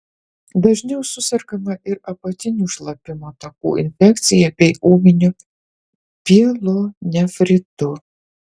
dažniau susergama ir apatinių šlapimo takų infekcija bei ūminiu pielonefritu